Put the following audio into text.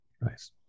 Nice